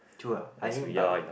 true ah I mean but